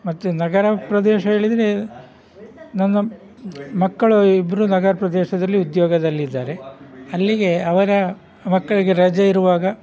ಮತ್ತು ನಗರ ಪ್ರದೇಶ ಹೇಳಿದರೆ ನನ್ನ ಮಕ್ಕಳು ಇಬ್ಬರು ನಗರ ಪ್ರದೇಶದಲ್ಲಿ ಉದ್ಯೋಗದಲ್ಲಿದ್ದಾರೆ ಅಲ್ಲಿಗೆ ಅವರ ಮಕ್ಕಳಿಗೆ ರಜೆ ಇರುವಾಗ